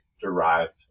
derived